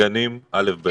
עסקים, גנים, א'-ב'.